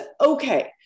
okay